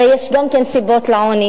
הרי יש גם כן סיבות לעוני.